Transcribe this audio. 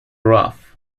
ruff